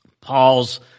Paul's